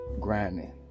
grinding